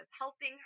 helping